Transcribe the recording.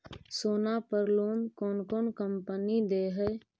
सोना पर लोन कौन कौन कंपनी दे है?